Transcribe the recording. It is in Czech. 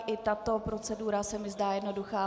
I tato procedura se mi zdá jednoduchá.